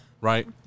right